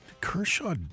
Kershaw